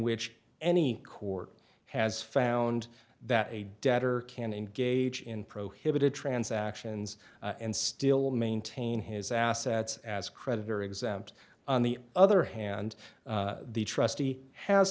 which any court has found that a debtor can engage in prohibited transactions and still maintain his assets as a creditor exempt on the other hand the trustee has